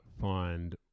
find